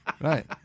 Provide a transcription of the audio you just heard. Right